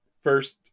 first